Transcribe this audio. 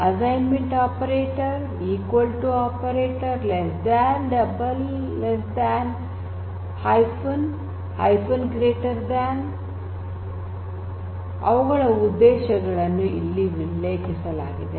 assignment operator equal to operator less than double less than hyphen hyphen greater than ಅವುಗಳ ಉದ್ದೇಶಗಳನ್ನು ಇಲ್ಲಿ ಉಲ್ಲೇಖಿಸಲಾಗಿದೆ